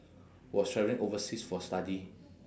was traveling overseas for study